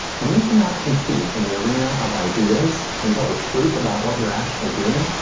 when you cannot compete inn the arena of ideas and tell the truth about what you're actually doing,